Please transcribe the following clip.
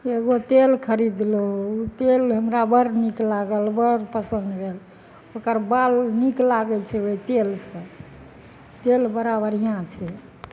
एगो तेल खरिदलहुॅं तेल हमरा बड़ नीक लागल बड़ पसन्द भेल ओकर बाल उल नीक लागै छै ओहि तेल सऽ तेल बड़ा बढ़िऑं छै